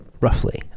roughly